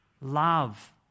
Love